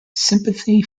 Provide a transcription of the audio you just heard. sympathy